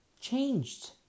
changed